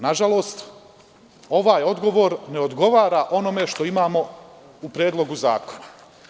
Nažalost ovaj odgovor ne odgovara onome što imamo u Predlogu zakona.